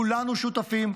כולנו שותפים,